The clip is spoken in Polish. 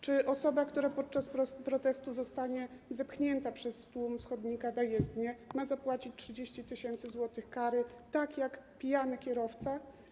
Czy osoba, która podczas protestu zostanie zepchnięta przez tłum z chodnika na jezdnię, ma zapłacić 30 tys. zł kary tak jak pijany kierowca?